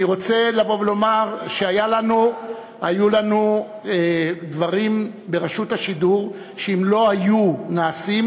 אני רוצה לבוא ולומר שהיו לנו דברים ברשות השידור שאם לא היו נעשים,